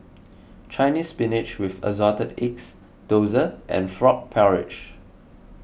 Chinese Spinach with Assorted Eggs Dosa and Frog Porridge